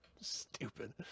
stupid